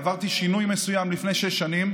עברתי שינוי מסוים לפני שש שנים,